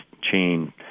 chain